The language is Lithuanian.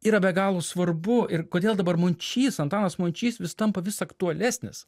yra be galo svarbu ir kodėl dabar mončys antanas mončys vis tampa vis aktualesnis